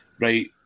right